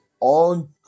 on